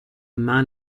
man